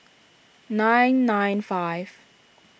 nine nine five